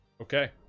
okay